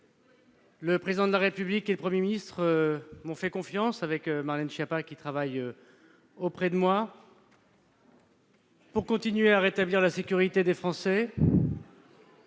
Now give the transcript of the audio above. le Président de la République et le Premier ministre m'ont fait confiance, avec Marlène Schiappa, qui travaillera à mes côtés, pour continuer à rétablir la sécurité des Français,